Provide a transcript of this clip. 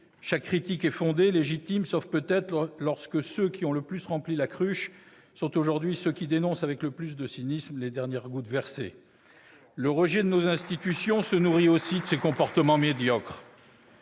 Chaque critique est fondée, légitime, sauf peut-être lorsque ceux qui ont le plus rempli la cruche sont aujourd'hui ceux qui dénoncent avec le plus de cynisme les dernières gouttes versées. Exactement ! Le rejet de nos institutions se nourrit aussi de ces comportements médiocres.